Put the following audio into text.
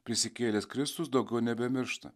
prisikėlęs kristus daugiau nebemiršta